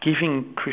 giving